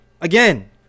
Again